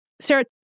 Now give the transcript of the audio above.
Sarah